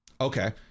Okay